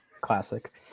Classic